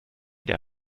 der